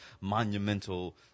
monumental –